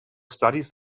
studies